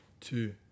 two